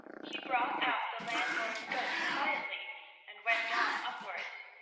he brought out the landlord's goats quietly and went on upwards,